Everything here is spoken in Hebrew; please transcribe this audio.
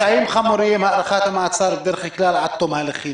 בפשעים חמורים הארכת המעצר היא בדרך כלל עד תום ההליכים